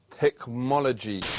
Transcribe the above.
Technology